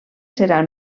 seran